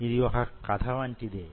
ఇది వొక కథ వంటిదే